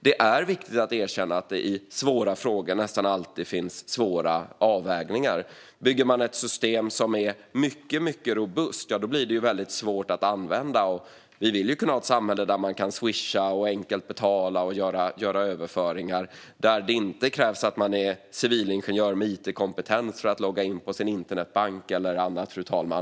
Det är viktigt att erkänna att det i svåra frågor nästan alltid finns svåra avvägningar. Bygger man ett system som är mycket robust blir det väldigt svårt att använda. Vi vill ju ha ett samhälle där man kan swisha och enkelt betala och göra överföringar. Det ska inte krävas att man är civilingenjör med it-kompetens för att man ska kunna logga in på sin internetbank eller annat, fru talman.